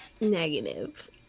negative